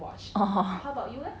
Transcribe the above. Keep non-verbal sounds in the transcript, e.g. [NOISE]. oh [LAUGHS]